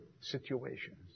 situations